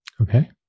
Okay